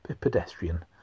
pedestrian